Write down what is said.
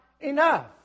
enough